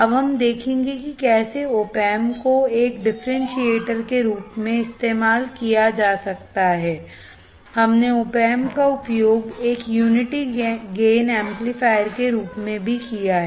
अब हम देखेंगे कि कैसे opamp को एक डिफरेंशिएटर के रूप में इस्तेमाल किया जा सकता है हमने opamp का उपयोग एक यूनिटी गेन एम्पलीफायर के रूप में भी किया है